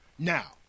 Now